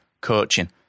coaching